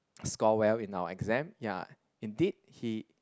score well in our exam ya indeed he